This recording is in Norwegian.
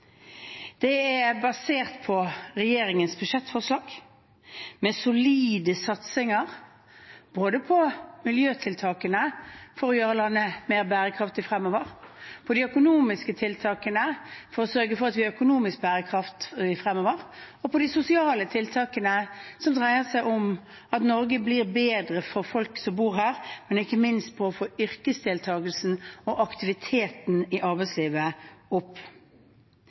Det er basert på regjeringens budsjettforslag, med solide satsinger både på miljøtiltakene for å gjøre landet mer bærekraftig fremover, på de økonomiske tiltakene for å sørge for at vi har økonomisk bærekraft fremover, og på de sosiale tiltakene, som dreier seg om at Norge blir bedre for folk som bor her, men ikke minst for å få yrkesdeltakelsen og aktiviteten i arbeidslivet opp.